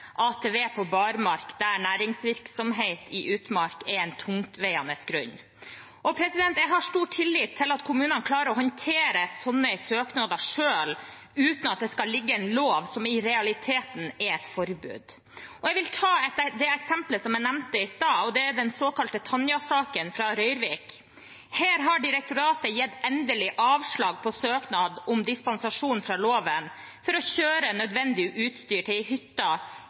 ATV på barmark der næringsvirksomhet i utmark er en tungtveiende grunn. Jeg har stor tillit til at kommunene klarer å håndtere slike søknader selv, uten at det skal ligge en lov som i realiteten er et forbud. Jeg vil ta det eksemplet jeg nevnte i sted, og det er den såkalte Tanja-saken fra Røyrvik. Her har direktoratet gitt endelig avslag på søknad om dispensasjon fra loven for å kjøre nødvendig utstyr til en hytte de bruker til utleie, bl.a. for jegere og fiskere. Det har de gjort i